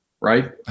right